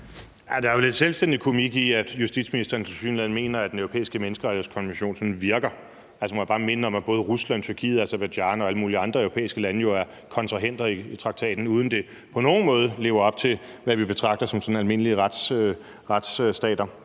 Der er jo lidt selvstændig komik i, at justitsministeren tilsyneladende mener, at Den Europæiske Menneskerettighedskonvention virker. Må jeg bare minde om, at både Rusland, Tyrkiet, Aserbajdsjan og alle mulige andre europæiske lande er kontrahenter i traktaten, uden at de på nogen måde lever op til, hvad vi betragter som sådan almindelige retsstater.